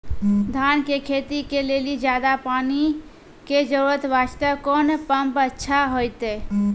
धान के खेती के लेली ज्यादा पानी के जरूरत वास्ते कोंन पम्प अच्छा होइते?